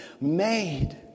made